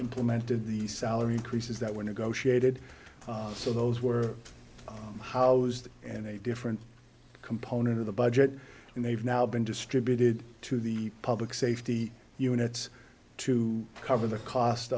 implemented the salary increases that were negotiated so those were housed in a different component of the budget and they've now been distributed to the public safety units to cover the cost